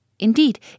Indeed